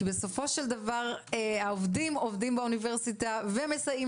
כי בסופו של דבר העובדים עובדים באוניברסיטה ומסייעים